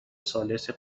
ثالثی